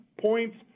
points